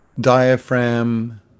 diaphragm